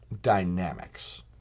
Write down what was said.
Dynamics